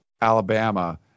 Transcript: Alabama